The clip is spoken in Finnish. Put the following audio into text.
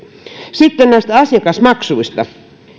sitten näistä asiakasmaksuista